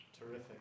Terrific